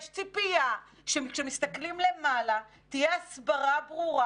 יש ציפייה שכשמסתכלים למעלה תהיה הסברה ברורה